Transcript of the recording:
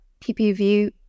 PPV